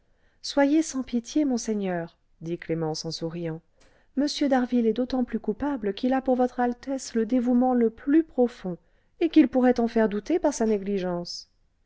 soyez sans pitié monseigneur dit clémence en souriant m d'harville est d'autant plus coupable qu'il a pour votre altesse le dévouement le plus profond et qu'il pourrait en faire douter par sa négligence